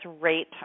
rate